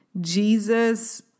Jesus